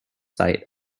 site